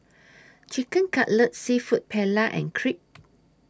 Chicken Cutlet Seafood Paella and Crepe